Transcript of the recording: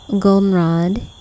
goldenrod